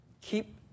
keep